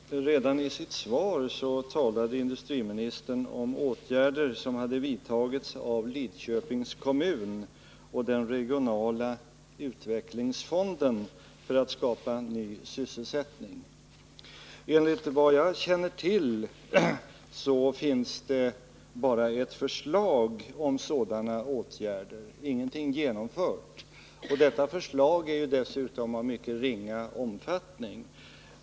Herr talman! Redan i sitt svar talade industriministern om åtgärder som hade vidtagits av Lidköpings kommun och den regionala utvecklingsfonden för att skapa ny sysselsättning. Enligt vad jag känner till finns bara ett förslag om sådana åtgärder men ingenting är genomfört. Detta förslag är dessutom av mycket ringa omfattning.